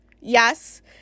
yes